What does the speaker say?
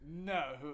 No